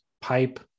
pipe